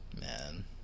Man